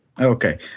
Okay